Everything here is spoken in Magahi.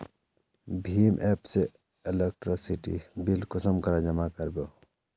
भीम एप से इलेक्ट्रिसिटी बिल कुंसम करे जमा कर बो?